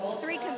three